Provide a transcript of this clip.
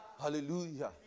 Hallelujah